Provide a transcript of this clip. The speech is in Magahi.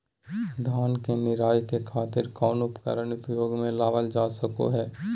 धान के निराई के खातिर कौन उपकरण उपयोग मे लावल जा सको हय?